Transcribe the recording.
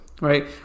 right